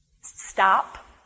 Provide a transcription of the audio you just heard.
stop